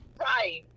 Right